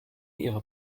ihrer